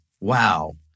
Wow